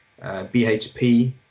bhp